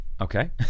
Okay